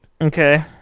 Okay